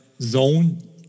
zone